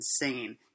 insane